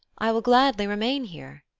i will gladly remain here,